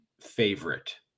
favorite